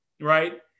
right